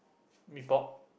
Mee-Pok